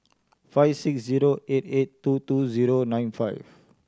five six zero eight eight two two zero nine five